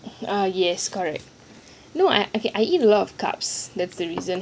ah yes correct no I I eat a lot of carbs that's the reason